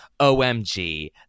omg